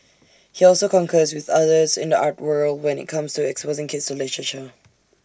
he also concurs with others in the arts world when IT comes to exposing kids to literature